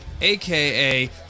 aka